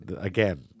again